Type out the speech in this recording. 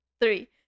three